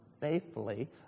faithfully